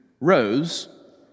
rose